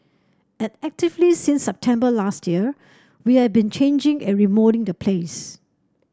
and actively since September last year we have been changing and remoulding the place